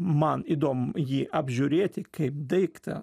man įdomu jį apžiūrėti kaip daiktą